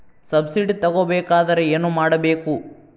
Subsidy ತಗೊಬೇಕಾದರೆ ಏನು ಮಾಡಬೇಕು?